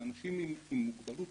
קולנוע,